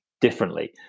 differently